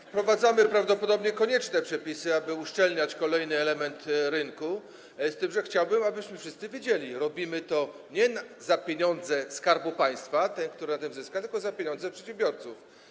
Wprowadzamy prawdopodobnie konieczne przepisy, aby uszczelniać kolejny element rynku, z tym że chciałbym, abyśmy wszyscy wiedzieli: robimy to nie za pieniądze Skarbu Państwa, który na tym zyska, tylko za pieniądze przedsiębiorców.